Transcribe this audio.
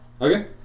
Okay